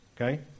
okay